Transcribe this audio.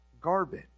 garbage